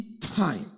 time